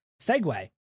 segue